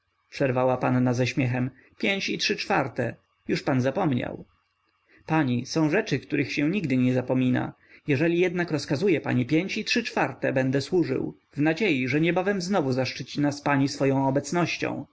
przerwała panna ze śmiechem pięć i trzy czwarte już pan zapomniał pani są rzeczy których się nigdy nie zapomina jeżeli jednak rozkazuje pani pięć i trzy czwarte będę służył w nadziei że niebawem znowu zaszczyci nas pani swoją obecnością